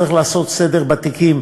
צריך לעשות סדר בתיקים.